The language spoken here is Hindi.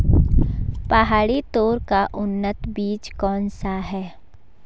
पहाड़ी तोर का उन्नत बीज कौन सा है?